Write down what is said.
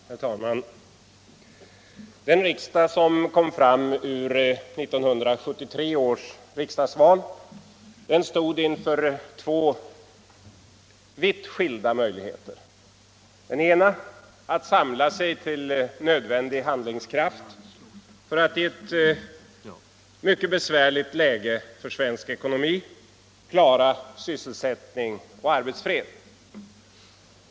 Herr talman! Den riksdag som kom fram ur 1973 års riksdagsval stod inför två vitt skilda möjligheter. Den ena var att samla sig till nödvändig handlingskraft för att i ett oerhört besvärligt läge klara sysselsättning och arbetsfred.